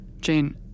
Jane